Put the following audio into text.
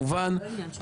זה לא עניין שלנו.